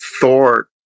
Thor